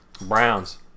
Browns